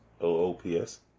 O-O-P-S